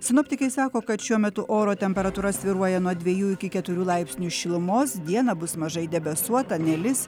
sinoptikai sako kad šiuo metu oro temperatūra svyruoja nuo dviejų iki keturių laipsnių šilumos dieną bus mažai debesuota nelis